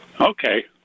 Okay